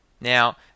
Now